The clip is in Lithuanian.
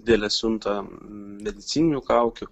didelę siuntą medicininių kaukių